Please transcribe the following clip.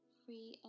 free